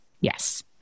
Yes